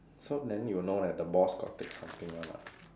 so then you know like that the boss got take something one [what]